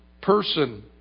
person